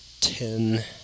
ten